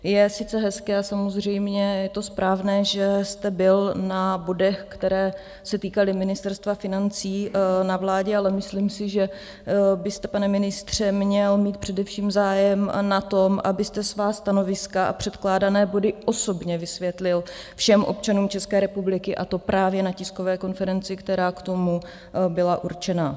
Je sice hezké a samozřejmě je to správné, že jste byl na bodech, které se týkaly Ministerstva financí, na vládě, ale myslím si, že byste, pane ministře, měl mít především zájem na tom, abyste svá stanoviska a předkládané body osobně vysvětlil všem občanům České republiky, a to právě na tiskové konferenci, která k tomu byla určena.